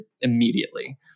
immediately